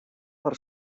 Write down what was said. per